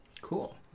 Cool